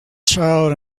child